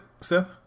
Seth